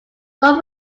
more